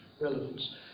relevance